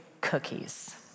cookies